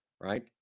right